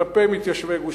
כלפי מתיישבי גוש-קטיף.